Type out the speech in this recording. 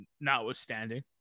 notwithstanding